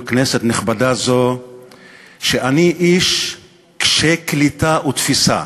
כנסת נכבדה זו שאני איש קשה קליטה ותפיסה.